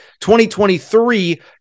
2023